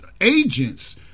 agents